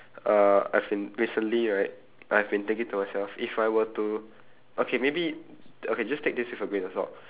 uh as in recently right I've been thinking to myself if I were to okay maybe okay just take this with a grain of salt